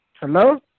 Hello